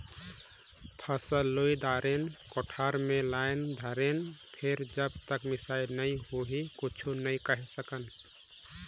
फसल लुई दारेन, कोठार मे लायन दारेन फेर जब तक मिसई नइ होही कुछु नइ केहे सकन